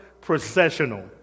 processional